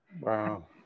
Wow